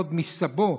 עוד מסבו,